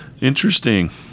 Interesting